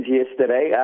yesterday